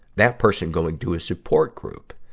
that person going to a support group,